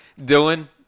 Dylan